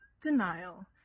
Denial